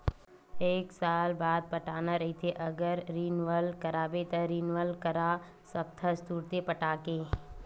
एक साल बाद पटाना रहिथे अगर रिनवल कराबे त रिनवल करा सकथस तुंरते पटाके